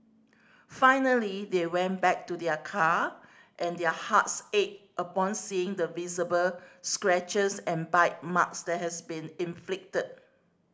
finally they went back to their car and their hearts ached upon seeing the visible scratches and bite marks that has been inflicted